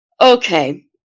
okay